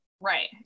Right